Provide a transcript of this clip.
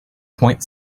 point